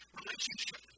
relationship